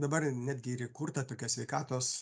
dabar netgi ir įkurta tokia sveikatos